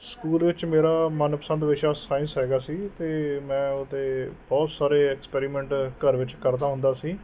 school ਵਿੱਚ ਮੇਰਾ ਮਨਪਸੰਦ ਵਿਸ਼ਾ ਸਾਇੰਸ ਹੈਗਾ ਸੀ ਅਤੇ ਮੈਂ ਉਹਦੇ ਬਹੁਤ ਸਾਰੇ ਐਕਸਪੈਰੀਮੈਂਟ ਘਰ ਵਿੱਚ ਕਰਦਾ ਹੁੰਦਾ ਸੀ